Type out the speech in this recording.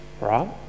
right